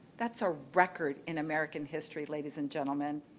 that's a record in american history, ladies and gentlemen.